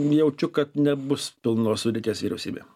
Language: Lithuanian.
jaučiu kad nebus pilnos sudėties vyriausybė